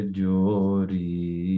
jori